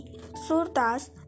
surdas